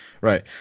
right